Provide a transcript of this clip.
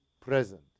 present